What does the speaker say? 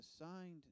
assigned